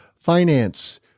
finance